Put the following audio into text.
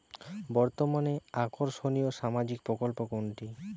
বর্তমানে আকর্ষনিয় সামাজিক প্রকল্প কোনটি?